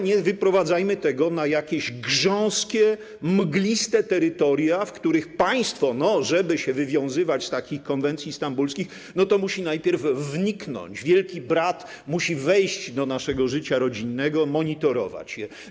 Nie wyprowadzajmy tego na jakieś grząskie, mgliste terytoria, w których państwo, żeby się wywiązać z takich konwencji stambulskich, musi najpierw wniknąć, wielki brat musi wejść do naszego życia rodzinnego, monitorować je.